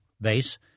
base